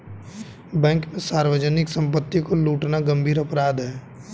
bank में सार्वजनिक सम्पत्ति को लूटना गम्भीर अपराध है